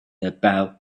about